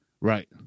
Right